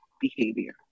behavior